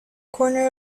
corner